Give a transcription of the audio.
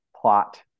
plot